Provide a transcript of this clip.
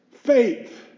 faith